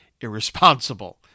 irresponsible